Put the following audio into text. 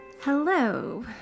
Hello